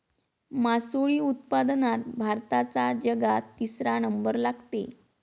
मासोळी उत्पादनात भारताचा जगात तिसरा नंबर लागते